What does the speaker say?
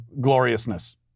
gloriousness